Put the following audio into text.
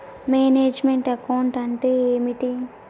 Manage meant account అంటే ఏమిటి?